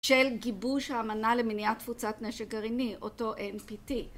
של גיבוש אמנה למניעת תפוצת נשק גרעיני, אותו NPT